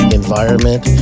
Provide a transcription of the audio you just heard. environment